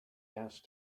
asked